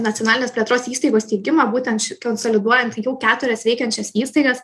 nacionalinės plėtros įstaigos steigimą būtent konsoliduojant jau keturias veikiančias įstaigas